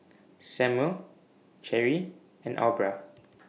Samuel Cherie and Aubra